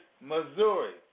Missouri